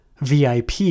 VIP